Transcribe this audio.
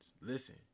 Listen